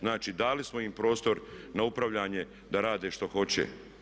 Znači, dali smo im prostor na upravljanje da rade što hoće.